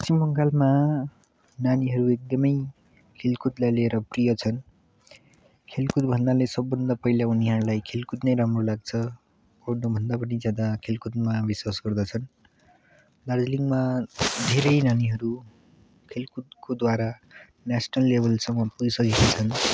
पश्चिम बङ्गालमा नानीहरू एकदमै खेलकुदलाई लिएर प्रिय छन् खेलकुद भन्नाले सबभन्दा पहिले उनीहरूलाई खेलकुद नै राम्रो लाग्छ पढ्नु भन्दा पनि ज्यादा खेलकुदमा विश्वास गर्दछन् दार्जिलिङमा धेरै नानीहरू खेलकुदको द्वारा नेसनल लेभलसम्म पुगिसकेका छन्